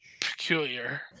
Peculiar